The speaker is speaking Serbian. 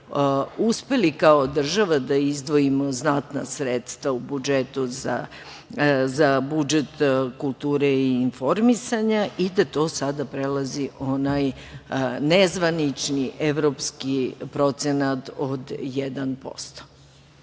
uspeli kao država da izdvojimo znatna sredstva u budžetu, za budžet kulture i informisanje i da to sada prelazi onaj nezvanični evropski procenat od 1%.